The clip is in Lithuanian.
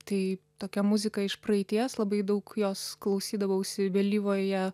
tai tokia muzika iš praeities labai daug jos klausydavausi vėlyvoje